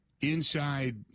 inside